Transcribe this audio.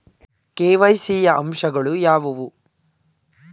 KYC ಯ ಅಂಶಗಳು ಯಾವುವು?